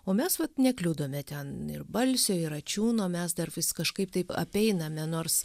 o mes vat nekliudome ten ir balsio ir račiūno mes dar vis kažkaip taip apeiname nors